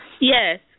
Yes